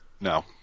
no